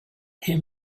him